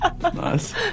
nice